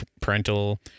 parental